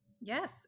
Yes